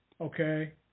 Okay